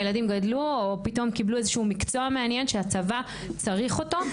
הילדים גדלו או פתאום קיבלו איזשהו מקצוע מעניין שהצבא צריך אותו,